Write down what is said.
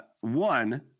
one